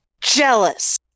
Jealous